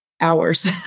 hours